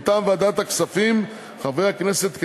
מטעם ועדת הכספים חברי הכנסת כדלקמן: